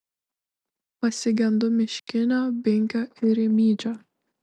pasigendu miškinio binkio ir rimydžio